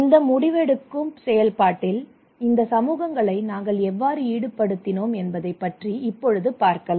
இந்த முடிவெடுக்கும் செயல்பாட்டில் இந்த சமூகங்களை நாங்கள் எவ்வாறு ஈடுபடுத்தினோம் என்பதைப் பற்றி இப்பொழுது பார்க்கலாம்